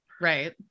right